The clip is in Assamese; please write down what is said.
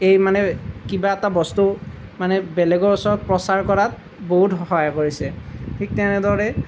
এই মানে কিবা এটা বস্তু মানে বেলেগৰ ওচৰত প্ৰচাৰ কৰাত বহুত সহায় কৰিছে ঠিক তেনেদৰে